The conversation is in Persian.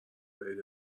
برید